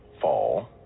fall